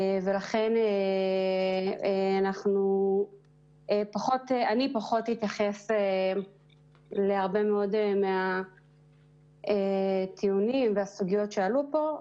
ולכן אני פחות אתייחס להרבה מאוד מהטיעונים והסוגיות שעלו פה,